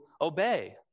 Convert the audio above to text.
obey